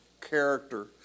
character